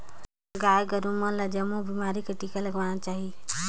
गाय गोरु मन ल जमो बेमारी के टिका लगवाना चाही